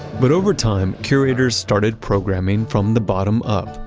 but over time, curators started programming from the bottom up.